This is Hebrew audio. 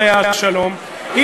עליה השלום,